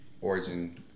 origin